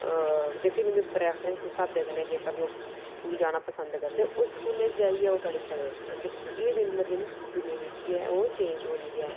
जेह्के बी इं'दे प्रैफ्रैंस दे स्हाबै नै स्कूल जाना पसंद करदे उस स्कूलै च जाइयै ओह् पढ़ी सकदे जबकि एह् दिन ब दिन दुनिया जेह्की ऐ चेंज होआ दी ऐ